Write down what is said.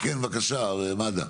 בבקשה מד"א.